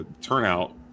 turnout